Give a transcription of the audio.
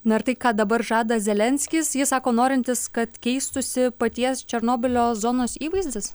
na ir tai ką dabar žada zelenskis jis sako norintis kad keistųsi paties černobylio zonos įvaizdis